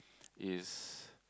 is